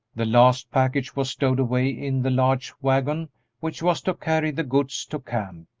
the last package was stowed away in the large wagon which was to carry the goods to camp,